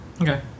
Okay